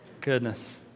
Goodness